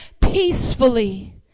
peacefully